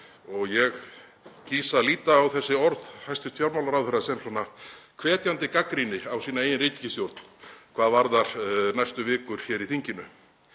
Ég kýs að líta á þessi orð hæstv. fjármálaráðherra sem hvetjandi gagnrýni á sína eigin ríkisstjórn hvað varðar næstu vikur í þinginu.